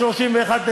חברות וחברים.